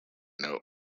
note